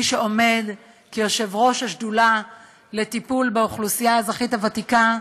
יושב-ראש השדולה לטיפול באוכלוסייה האזרחית הוותיקה.